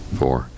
four